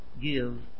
give